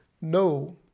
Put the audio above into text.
No